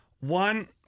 one